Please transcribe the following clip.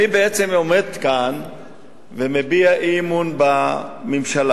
אני בעצם עומד כאן ומביע אי-אמון בממשלה.